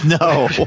no